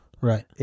Right